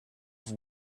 have